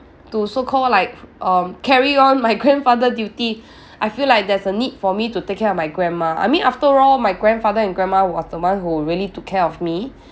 to so-call like um carry on my grandfather duty I feel like there's a need for me to take care of my grandma I mean after all my grandfather and grandma was the one who really took care of me